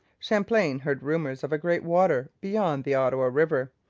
champlain heard rumours of a great water beyond the ottawa river.